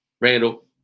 Randall